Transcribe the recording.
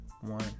One